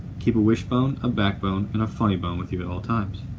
keep a wishbone, a backbone, and a funny bone with you at all times.